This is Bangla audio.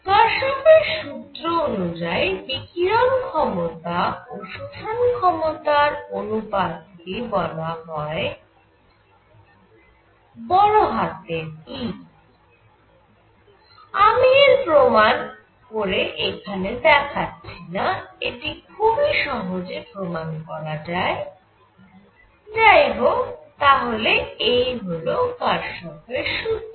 কারশফের সুত্র Kirchhoff's rule অনুযায়ী বিকিরণ ক্ষমতা ও শোষণ ক্ষমতার অনুপাত কে বলা হয় E আমি এর প্রমাণ করে এখানে দেখাচ্ছিনা এটি খুব সহজেই প্রমাণ করা যায় যাই হোক তাহলে এই হল কারশফের সুত্র